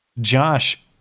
josh